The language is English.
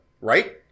right